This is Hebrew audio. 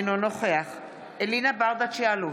אינו נוכח אלינה ברדץ' יאלוב,